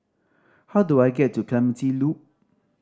how do I get to Clementi Loop